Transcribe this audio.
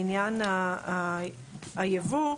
לעניין הייבוא,